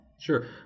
Sure